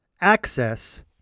access